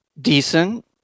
decent